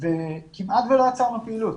וכמעט ולא יצרנו פעילות.